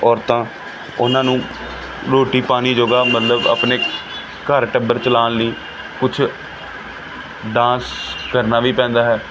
ਔਰਤਾਂ ਉਹਨਾਂ ਨੂੰ ਰੋਟੀ ਪਾਣੀ ਜੋਗਾ ਮਤਲਬ ਆਪਣੇ ਘਰ ਟੱਬਰ ਚਲਾਉਣ ਲਈ ਕੁਛ ਡਾਂਸ ਕਰਨਾ ਵੀ ਪੈਂਦਾ ਹੈ